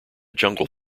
jungle